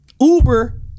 uber